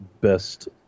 best